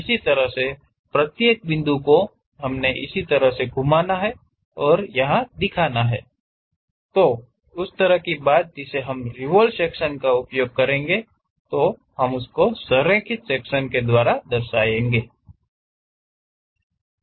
इसी तरह से प्रत्येक बिंदु को हमें इसे तरह घुमाना और उसको यहा दिखाना हैं उस तरह की बात जिसे हम रिवोल्व सेक्शन का उपयोग करके संरेखित सेक्शन को दर्शना कहते हैं